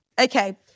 Okay